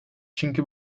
çünkü